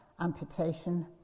amputation